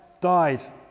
died